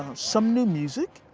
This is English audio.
um some new music.